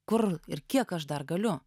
kur ir kiek aš dar galiu